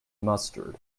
mustard